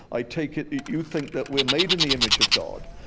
i take it you think that we're made in the image of god,